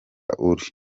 uri